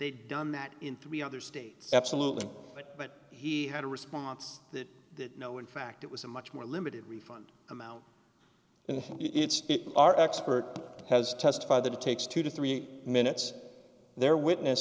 they'd done that in three other states absolutely but he had a response that no in fact it was a much more limited refund amount and it's our expert has testified that it takes two to three minutes their witness